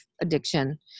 addiction